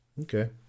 Okay